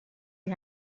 you